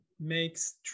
makes